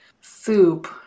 soup